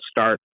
start